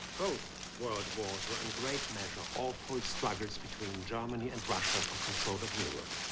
both world wars were in great measure awful struggles between germany and russia for control of europe.